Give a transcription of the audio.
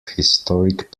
historic